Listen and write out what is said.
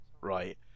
right